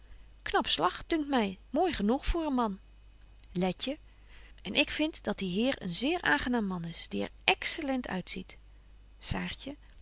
knap slag dunkt my mooi genoeg voor een man letje en ik vind dat die heer een zeer aangenaam man is die er excellent